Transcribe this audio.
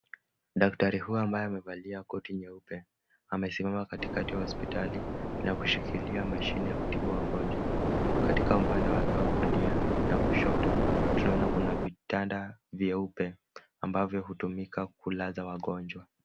Daktari huyu ambaye amevalia koti nyeupe, amesimama katikati ya hospitali na kushikilia mashine ya kutibu wagonjwa. Katika upande wake wa kulia na kushoto, tunaona kuna vitanda vyeupe, ambavyo hutumika kulaza wagonjwa.